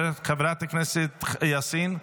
חברת הכנסת יאסין.